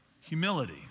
Humility